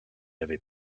avait